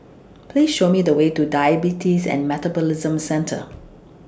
Please Show Me The Way to Diabetes and Metabolism Centre